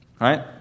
right